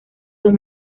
son